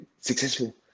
successful